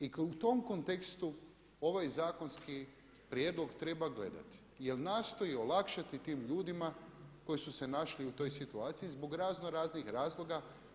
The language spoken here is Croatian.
I u tom kontekstu ovaj zakonski prijedlog treba gledati jer nastoji olakšati tim ljudima koji su se našli u toj situaciji zbog razno raznih razloga.